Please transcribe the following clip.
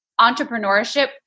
entrepreneurship